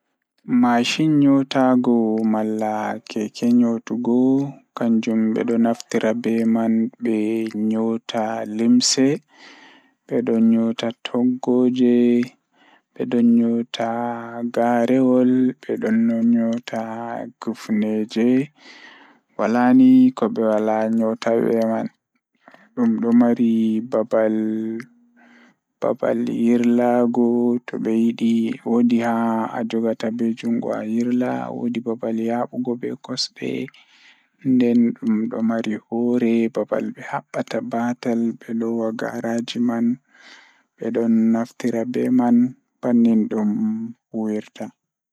Máyusinii sewii o waɗa laawol jaɓɓude waɗtoore maɓɓe hoore. Ko hoore ngal o waɗa naŋŋude laawol jaɓɓude.